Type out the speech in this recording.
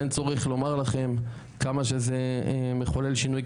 אין צורך לומר לכם כמה שזה מחולל שינוי,